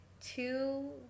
two